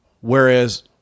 Whereas